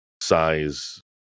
size